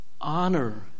honor